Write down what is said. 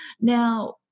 Now